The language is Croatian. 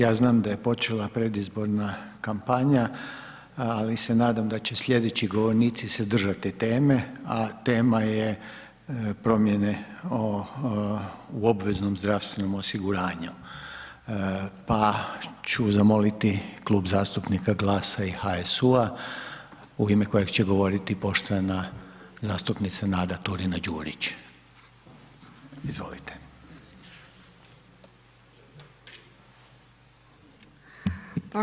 Ja znam da je počela predizborna kampanja, ali se nadam da će slijedeći govornici se držati teme, a tema je promjene u obveznom zdravstvenom osiguranju, pa ću zamoliti Klub zastupnika GLAS-a i HSU-a u ime kojeg će govoriti poštovana zastupnica Nada Turina Đurić, izvolite.